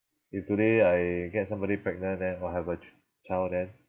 if today I get somebody pregnant then I'll have a ch~ child then